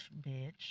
bitch